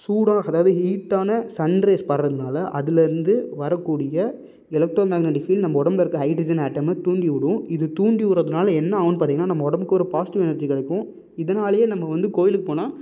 சூடாக அதாவது ஹீட்டான சன்ரைஸ் படுறதுனால அதுலருந்து வரக்கூடிய எலக்ட்ரோ மேக்னெட்டிக் ஃபீல்ட் நம்ப உடம்புல இருக்க ஹைட்ரஜன் ஆட்டமை தூண்டி விடும் இது தூண்டி விட்றதுனால என்ன ஆவுன்னு பார்த்தீங்கன்னா நம்ம உடம்புக்கு ஒரு பாசிட்டிவ் எனர்ஜி கிடைக்கும் இதனாலையே நம்ப வந்து கோயிலுக்கு போனா